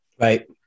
Right